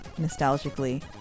nostalgically